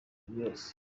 ryose